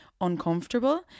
uncomfortable